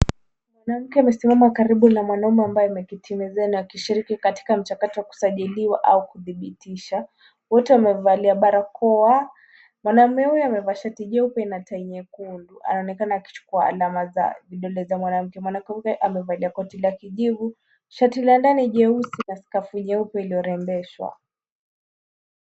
Mwanamke amesimama karibu na mwanaume ambaye ameketi mezani akishiriki katika mchakato wa kusajiliwa au kudhibitisha, wote wamevalia barakoa. Mwanaume huyo amevaa shati jeupe na tai nyekundu anaonekana akichukua alama za vidole za mwanamke. Mwanamke huyu pia amevalia koti la kijivu, shati la ndani jeusi na skafu nyeupe iliyorembeshwa.